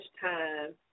time